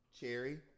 Cherry